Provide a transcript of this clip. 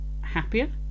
happier